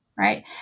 Right